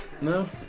No